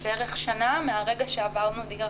בערך שנה מהרגע שעברנו דירה,